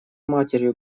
матерью